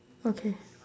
okay